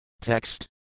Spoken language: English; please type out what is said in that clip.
Text